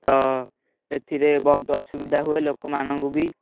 ତ ଏଥିରେ ବହୁତ ଅସୁବିଧା ହୁଏ ଲୋକମାନଙ୍କୁ ବି